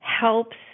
helps